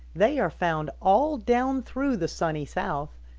they are found all down through the sunny south,